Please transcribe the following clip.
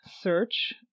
search